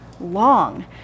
long